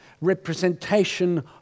representation